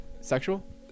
Sexual